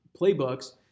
playbooks